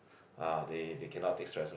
ah they they cannot take stress one